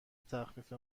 تخفیف